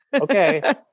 okay